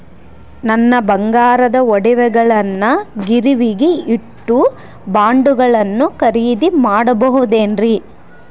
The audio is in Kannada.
ನನ್ನ ಬಂಗಾರದ ಒಡವೆಗಳನ್ನ ಗಿರಿವಿಗೆ ಇಟ್ಟು ಬಾಂಡುಗಳನ್ನ ಖರೇದಿ ಮಾಡಬಹುದೇನ್ರಿ?